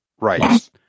right